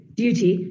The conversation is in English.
duty